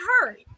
hurt